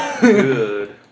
Good